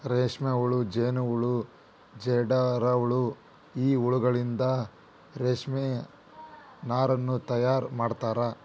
ರೇಷ್ಮೆಹುಳ ಜೇನಹುಳ ಜೇಡರಹುಳ ಈ ಹುಳಗಳಿಂದನು ರೇಷ್ಮೆ ನಾರನ್ನು ತಯಾರ್ ಮಾಡ್ತಾರ